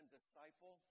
Disciple